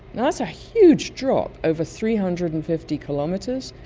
that's a huge drop over three hundred and fifty kilometres.